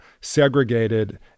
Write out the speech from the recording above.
segregated